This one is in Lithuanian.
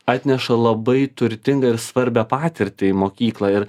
atneša labai turtingą ir svarbią patirtį į mokyklą ir